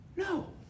No